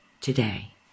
today